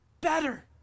better